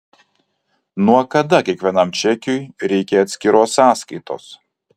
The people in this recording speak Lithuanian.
nuo kada kiekvienam čekiui reikia atskiros sąskaitos